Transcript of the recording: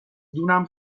دونم